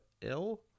ill